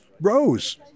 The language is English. rose